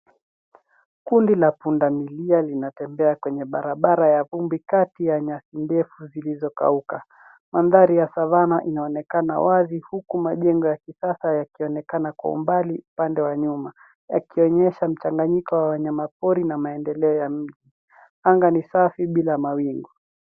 Kundi la punda milia linatembea kwenye barabra ya vumi kati ya nyasi ndefu zilizokauka. Mandhari ya savana inaonekana wazi huku majengo ya kisasa yakionekana kwa umbali upande wa nyuma yakionyesha mchanganyiko wa wanyama pori na maendeleo ya mji. Anga ni safi bila mawingu.